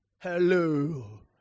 Hello